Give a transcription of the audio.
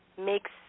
makes